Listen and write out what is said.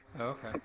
okay